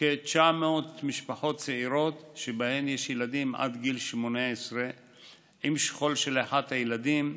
כ-900 משפחות צעירות שבהן יש ילדים עד גיל 18 עם שכול של אחד הילדים,